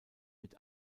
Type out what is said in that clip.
mit